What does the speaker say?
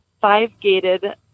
five-gated